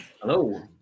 Hello